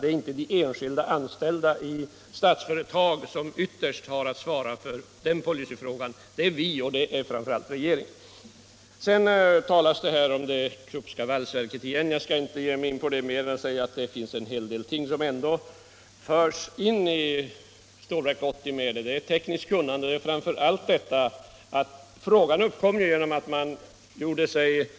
Det är inte de enskilda anställda i Statsföretag som ytterst har att svara för policyfrågan; det är vi, och det är framför allt regeringen. Herr Lövenborg talade igen om det Kruppska valsverket. Jag skall inte gå in på den frågan utan bara säga att det är en hel del ting som med det engagemanget förs in i Stålverk 80, t.ex. tekniskt kunnande. Frågan uppkom genom att man förhörde sig